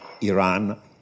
Iran